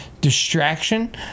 distraction